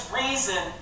reason